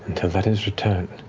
until that is returned,